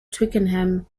twickenham